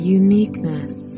uniqueness